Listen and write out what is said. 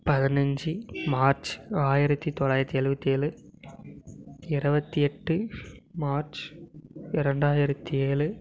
பதினைஞ்சி மார்ச் ஆயிரத்து தொள்ளாயிரத்து எழுபத்தி ஏழு இரபத்தி எட்டு மார்ச் இரண்டாயிரத்து ஏழு